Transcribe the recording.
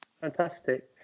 fantastic